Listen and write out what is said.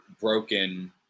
broken